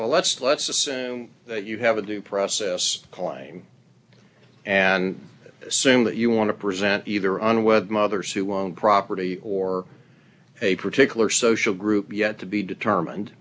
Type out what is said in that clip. well let's let's assume that you have a due process claim and assume that you want to present either unwed mothers who own property or a particular social group yet to be determined